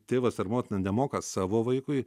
tėvas ar motina nemoka savo vaikui